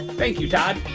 thank you, todd!